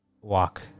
walk